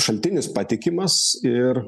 šaltinis patikimas ir